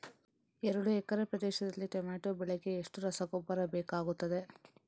ಎರಡು ಎಕರೆ ಪ್ರದೇಶದಲ್ಲಿ ಟೊಮ್ಯಾಟೊ ಬೆಳೆಗೆ ಎಷ್ಟು ರಸಗೊಬ್ಬರ ಬೇಕಾಗುತ್ತದೆ?